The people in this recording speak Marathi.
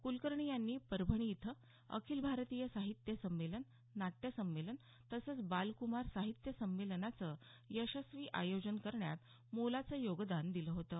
कुलकर्णी यांनी परभणी इथं अखिल भारतीय साहित्य संमेलन नाट्य संमेलन तसंच बाल्क्मार साहित्य संमेलनाचं यशस्वी आयोजन करण्यात मोलाचं योगदान दिलं होतं